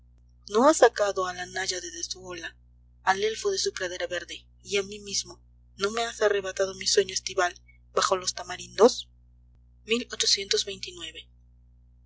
no has sacado a la náyade de su ola al elfo de su pradera verde y a mí mismo no me has arrebatado mi sueño estival bajo los tamarindos